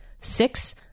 Six